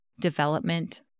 development